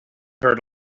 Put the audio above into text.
heard